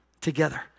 together